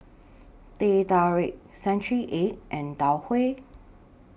Teh Tarik Century Egg and Tau Huay